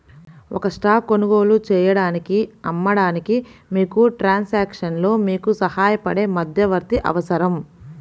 ఒక స్టాక్ కొనుగోలు చేయడానికి, అమ్మడానికి, మీకు ట్రాన్సాక్షన్లో మీకు సహాయపడే మధ్యవర్తి అవసరం